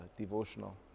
devotional